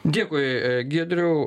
dėkui giedriau